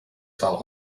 style